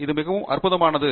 இது மிகவும் அற்புதமானது